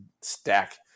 stack